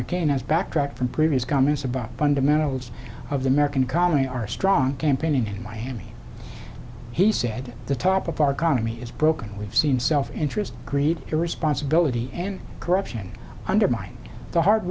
mccain has backtracked from previous comments about fundamentals of the american economy are strong campaign in miami he said the top of our economy is broken we've seen self interest greed irresponsibility and corruption undermine the hard